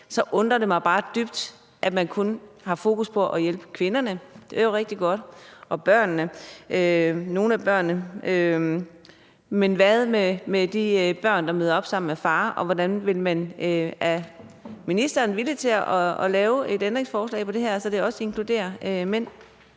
så undrer det mig bare dybt, at man kun har fokus på at hjælpe kvinderne – det er jo rigtig godt – og nogle af børnene, men hvad med de børn, der møder op sammen med far? Er ministeren villig til at lave et ændringsforslag til det her, så det også inkluderer mænd?